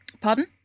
Pardon